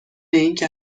اینکه